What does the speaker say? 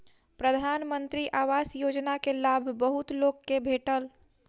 प्रधानमंत्री आवास योजना के लाभ बहुत लोक के भेटल